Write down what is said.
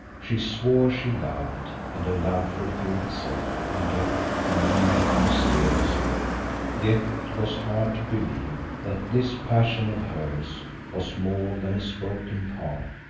she swore she loved and her love fulfilled itself in death and many a mysterious way. yet it was hard to believe that this passion of hers was more than a spoken part,